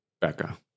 Becca